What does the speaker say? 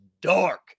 dark